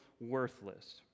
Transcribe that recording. worthless